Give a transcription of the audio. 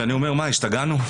השתגענו?